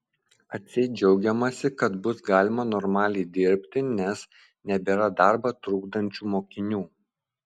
atseit džiaugiamasi kad bus galima normaliai dirbti nes nebėra darbą trukdančių mokinių